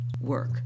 work